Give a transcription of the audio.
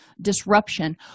disruption